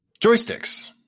joysticks